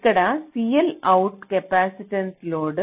ఇక్కడ CL output capacitance load